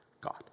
God